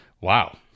wow